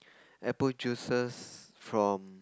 apple juices from